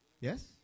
yes